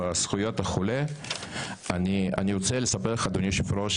אני לא מבין למה אתם